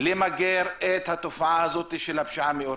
למגר את התופעה של הפשיעה המאורגנת.